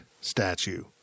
statue